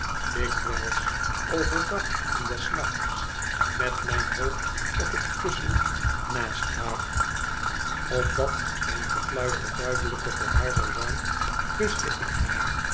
dikwijls over dag en des nachts met mijn hoofd op het kussen naast haar opdat mijn gefluister duidelijker voor haar zou zijn kuste ik haar